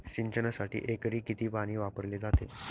सिंचनासाठी एकरी किती पाणी वापरले जाते?